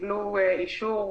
קיבלו אישור,